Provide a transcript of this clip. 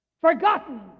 forgotten